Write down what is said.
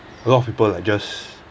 a lot of people like just